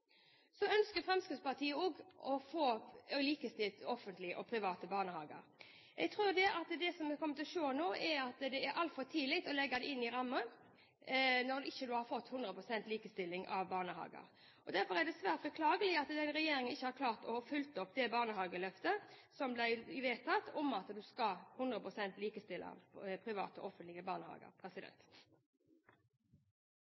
Så ønsker Fremskrittspartiet også å få likestilt offentlige og private barnehager. Jeg tror det vi kommer til å se nå, er at det er altfor tidlig å legge det inn i rammen, når en ikke har fått 100 pst. likestilling av barnehager. Derfor er det svært beklagelig at denne regjeringen ikke har klart å følge opp det Barnehageløftet som ble vedtatt, om at en skal 100 pst. likestille private og offentlige barnehager.